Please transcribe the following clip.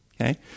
Okay